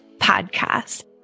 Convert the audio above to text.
podcast